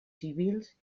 civils